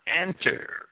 enter